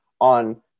on